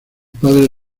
padres